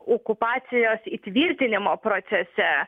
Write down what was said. okupacijos įtvirtinimo procese